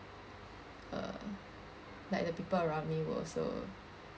uh like the people around me will also